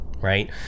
right